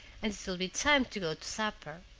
and it will be time to go to supper.